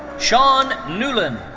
shawn newlan.